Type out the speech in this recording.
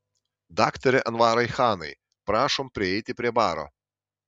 daktare anvarai chanai prašom prieiti prie baro